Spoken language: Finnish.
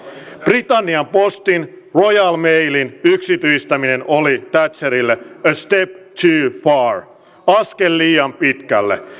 britannian postin royal mailin yksityistäminen oli thatcherille step askel liian pitkälle